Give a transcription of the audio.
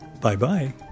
Bye-bye